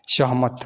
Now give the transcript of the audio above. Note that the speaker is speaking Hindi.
सहमत